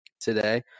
today